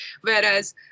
Whereas